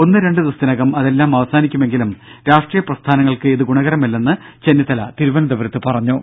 ഒന്ന് രണ്ടു ദിവസത്തിനകം അതെല്ലാം അവസാനിക്കുമെങ്കിലും രാഷ്ട്രീയ പ്രസ്ഥാനങ്ങൾക്ക് ഇത് ഗുണകരമല്ലെന്ന് ചെന്നിത്തല തിരുവനന്തപുരത്ത് പറഞ്ഞു